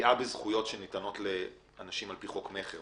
פגיעה בזכויות שניתנות לאנשים לפי חוק מכר,